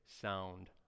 sound